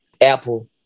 Apple